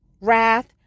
wrath